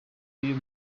y’uyu